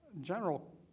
general